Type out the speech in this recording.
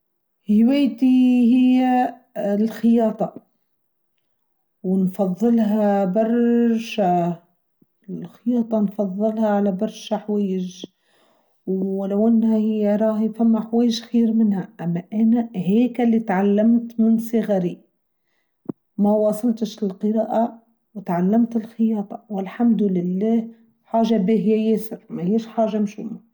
هواتي هي الخياطة، ونفضلها برررشا، الخياطة نفضلها على برشا حويج، ولونها هي راهي فما حويج خير منها، أما أنا هيك اللي تعلمت من صغري، ما واصلتش للقراءة وتعلمت الخياطة، والحمد لله حاجة به هي ياسر، ما هيش حاجة مش موهم.